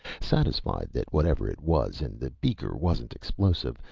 satisfied that whatever it was in the beaker wasn't explosive,